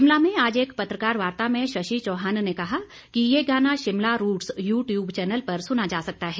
शिमला में आज एक पत्रकार वार्ता में शशि चौहान ने कहा कि यह गाना शिमला रूट्स यूट्यूब चैनल पर सुना जा सकता है